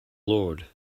lord